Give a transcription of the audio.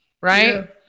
right